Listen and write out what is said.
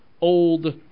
old